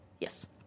Yes